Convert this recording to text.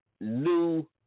new